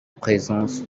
présence